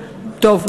טוב,